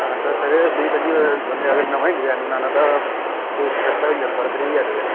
हां तां सर बीह् पंज्जी अगर बंदे अगर नमां ही डजैन बनाना तां कोई खर्चा होई जाना थुहाड़ा त्रीह् ज्हार रपेआ